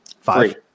five